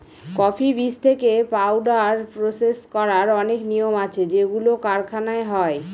coffee বীজ থেকে powder process করার অনেক নিয়ম আছে যেগুলো কারখানায় হয়